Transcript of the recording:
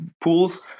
pools